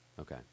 okay